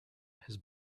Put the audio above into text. his